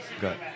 Good